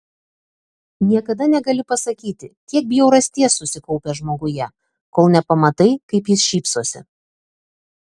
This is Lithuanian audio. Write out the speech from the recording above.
niekada negali pasakyti kiek bjaurasties susikaupę žmoguje kol nepamatai kaip jis šypsosi